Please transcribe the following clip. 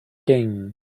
king